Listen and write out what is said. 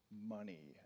money